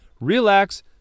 relax